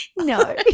No